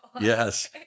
Yes